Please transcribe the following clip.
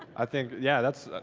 i think, yeah, that's.